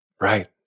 Right